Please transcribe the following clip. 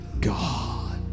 God